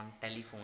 telephone